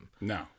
No